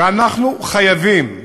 ואנחנו חייבים,